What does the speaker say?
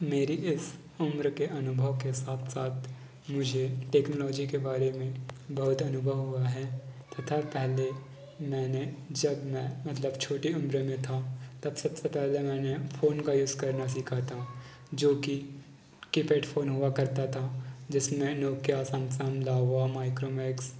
मेरी इस उम्र के अनुभव के साथ साथ मुझे टेक्नोलॉजी के बारे में बहुत अनुभव हुआ है तथा पहले मैंने जब मैं मतलब छोटी उम्र में था तब सबसे पहले मैंने फ़ोन का यूज़ करना सीखा था जो की कीपैड फ़ोन हुआ करता था जिसमें नोकिया सैमसंग लावा माईक्रोमैक्स